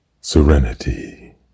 serenity